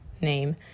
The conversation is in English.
name